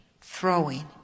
throwing